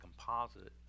composite